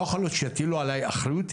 לא יכול להיות שיטילו עליי אחריות.